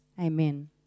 amen